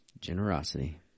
Generosity